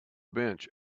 bench